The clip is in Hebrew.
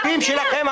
אני מבקש ממך לצאת.